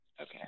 Okay